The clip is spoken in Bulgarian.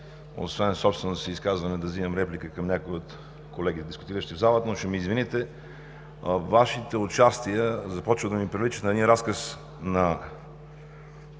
собственото си изказване, да взимам реплика към някои от колегите, дискутиращи в зала. Ще ме извините, но Вашите участия започват да ми приличат на един разказ от